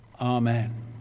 Amen